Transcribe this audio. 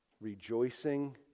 rejoicing